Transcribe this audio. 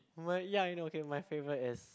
my ya you know okay my favourite is